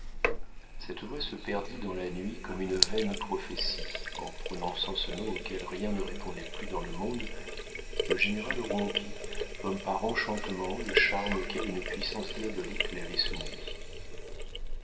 cette voix se perdit dans la nuit comme une vaine prophétie en prononçant ce nom auquel rien ne répondait plus dans le monde le général rompit comme par enchantement le charme auquel une puissance diabolique l'avait soumis